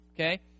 Okay